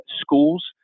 schools